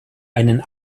einen